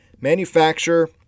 Manufacturer